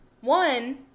One